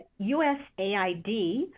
USAID